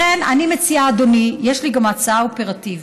לכן אני מציעה, אדוני, יש לי גם הצעה אופרטיבית